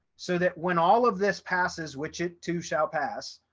so that when all of this passes, which it too shall pass,